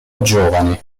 giovane